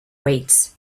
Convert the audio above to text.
weights